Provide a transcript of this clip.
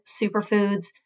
superfoods